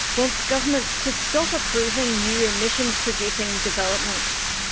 wants governments to stop approving new emissions-producing developments.